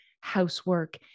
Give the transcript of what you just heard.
housework